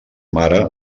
mare